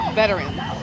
veterans